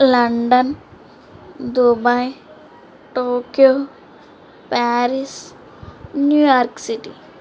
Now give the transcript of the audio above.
London Dubai Tokyo Paris New York city